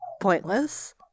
pointless